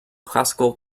classical